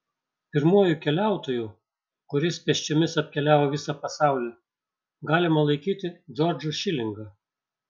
pirmuoju keliautoju kuris pėsčiomis apkeliavo visą pasaulį galima laikyti džordžą šilingą